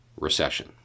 recession